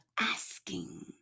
asking